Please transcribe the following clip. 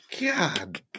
god